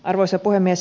arvoisa puhemies